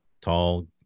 Tall